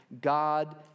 God